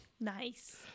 Nice